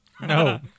No